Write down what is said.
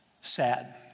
sad